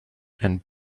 and